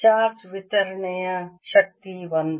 charge ವಿತರಣೆಯ ಶಕ್ತಿ I